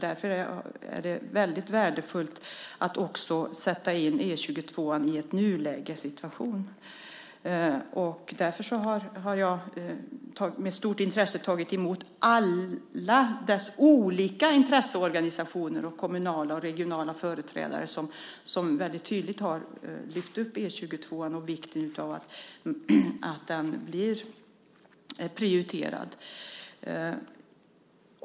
Därför är det väldigt värdefullt att också sätta in E 22:an i en nulägessituation. Och därför har jag med stort intresse tagit emot alla olika intresseorganisationer och kommunala och regionala företrädare som väldigt tydligt har lyft upp E 22:an och vikten av att den blir prioriterad.